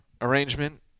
arrangement